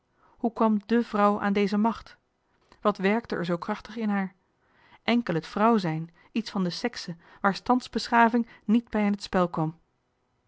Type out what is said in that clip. hoe kwam de vrouw aan deze macht wat werkte er zoo krachtig in haar enkel het vrouw zijn iets van de sekse waar stands beschaving niet bij in het spel kwam